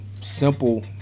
simple